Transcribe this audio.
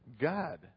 God